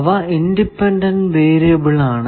അവ independent variable ആണ്